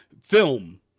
film